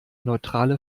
neutrale